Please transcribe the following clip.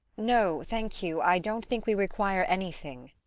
no, thank you i don't think we require anything.